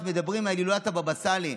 אז מדברים על הילולת הבבא סאלי,